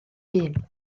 hun